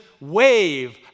wave